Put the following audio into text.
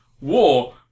War